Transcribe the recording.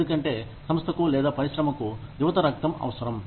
ఎందుకంటే సంస్థకు లేదా పరిశ్రమకు యువత రక్తం అవసరం